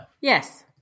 Yes